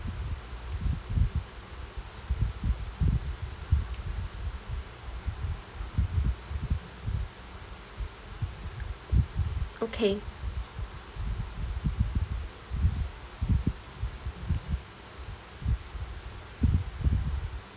okay